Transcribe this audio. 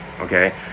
okay